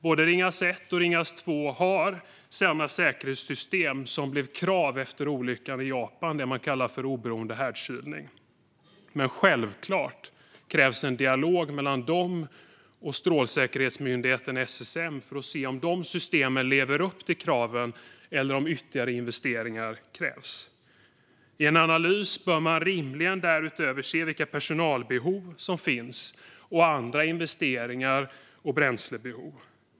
Både Ringhals 1 och 2 har sådana säkerhetssystem som blev ett krav efter olyckan i Japan, alltså det man kallar oberoende härdkylning. Men självklart krävs en dialog med Strålsäkerhetsmyndigheten, SSM, för att se om dessa system lever upp till kraven eller om ytterligare investeringar krävs. I en analys bör man rimligen därutöver se vilka personalbehov som finns liksom andra behov av investeringar och bränsle.